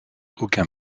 aucun